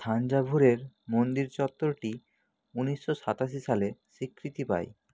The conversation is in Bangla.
থাঞ্জাভুরের মন্দির চত্বরটি উনিশশো সাতাশি সালে স্বীকৃতি পায়